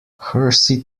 hersey